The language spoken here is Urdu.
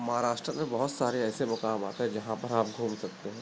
مہاراشٹر میں بہت سارے ایسے مقام آتے ہیں جہاں پر آپ گھوم سکتے ہیں